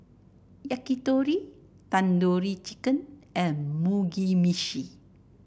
Yakitori Tandoori Chicken and Mugi Meshi